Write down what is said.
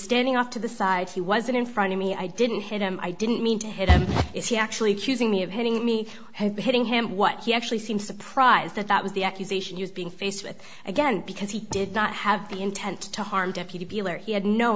standing off to the side he was in in front of me i didn't hit him i didn't mean to hit him is he actually choosing me of hitting me hitting him what he actually seemed surprised that that was the accusation was being faced with again because he did not have the intent to harm deputy bill or he had no